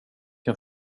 kan